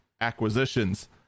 acquisitions